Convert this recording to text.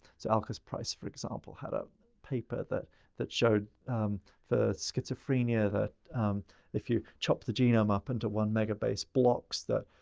so, alkes price, for example, had a paper that that showed for schizophrenia that if you chop the genome up into one mega blocks that,